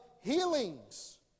healings